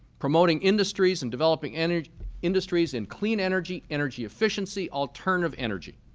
promoting industries and developing energy industries in clean energy, energy efficiency, alternative energy.